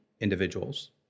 individuals